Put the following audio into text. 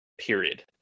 period